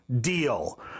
deal